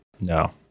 No